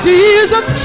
Jesus